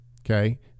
Okay